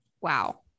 Wow